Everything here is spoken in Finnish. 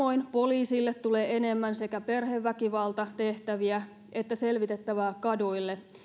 samoin poliisille tulee enemmän sekä perheväkivaltatehtäviä että selvitettävää kaduille